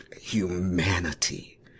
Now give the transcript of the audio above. humanity